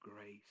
grace